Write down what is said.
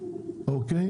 אוקיי?